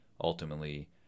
ultimately